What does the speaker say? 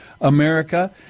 America